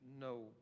no